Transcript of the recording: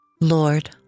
Lord